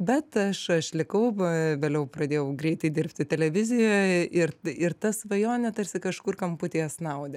bet aš aš likau vėliau pradėjau greitai dirbti televizijoj ir ir ta svajonė tarsi kažkur kamputyje snaudė